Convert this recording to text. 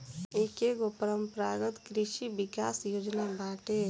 एकेगो परम्परागत कृषि विकास योजना बाटे